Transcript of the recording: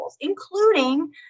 including